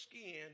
skin